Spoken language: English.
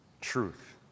Truth